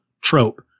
trope